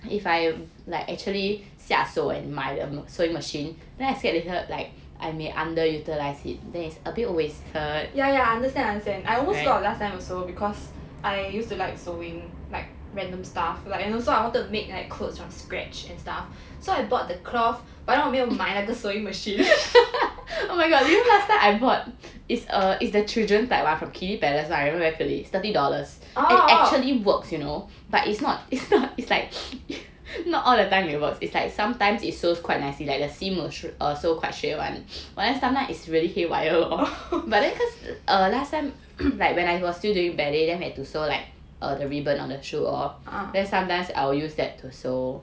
ya ya I understand I understand I almost got like time also because I used to like sewing like random stuff like you know I also wanted to make like clothes from scratch and stuff so I bought the cloth but then 我没有买那个 sewing machine oh oh ah